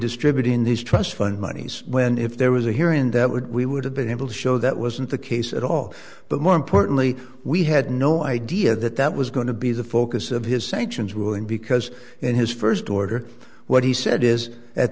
distributing these trust fund moneys when if there was a hearing that would we would have been able to show that wasn't the case at all but more importantly we had no idea that that was going to be the focus of his sanctions ruling because in his first order what he said is at